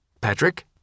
Patrick